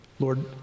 Lord